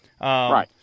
right